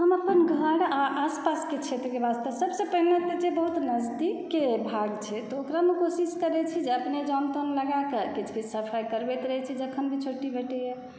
हम अपन घर आओर आसपासके क्षेत्रके वास्ते सबसँ पहिने तँ जे बहुत नजदीकके भाग छै तऽ ओकरामे कोशिश करै छी जे अपने जन तन लगाकऽ किछु किछु सफाइ करबैत रहै छी जखन भी छुट्टी भेटैए